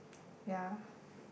ya